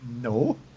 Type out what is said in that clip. No